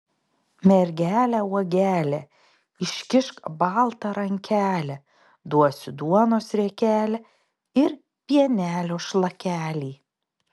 mergele uogele iškišk baltą rankelę duosiu duonos riekelę ir pienelio šlakelį